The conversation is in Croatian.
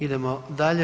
Idemo dalje.